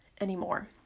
anymore